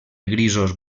grisos